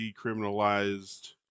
decriminalized